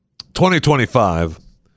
2025